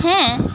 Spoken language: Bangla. হ্যাঁ